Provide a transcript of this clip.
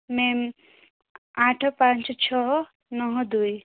ma'am ଆଠ ପାଞ୍ଚ ଛଅ ନଅ ଦୁଇ